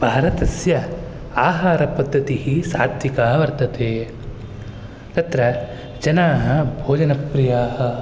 भारतस्य आहारपद्धतिः सात्त्विकी वर्तते तत्र जनाः भोजनप्रियाः